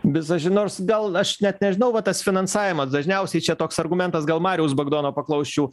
bizaži nors gal aš net nežinau vat tas finansavimas dažniausiai čia toks argumentas gal mariaus bagdono paklausčiau